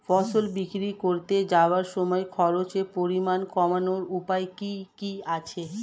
ফসল বিক্রি করতে যাওয়ার সময় খরচের পরিমাণ কমানোর উপায় কি কি আছে?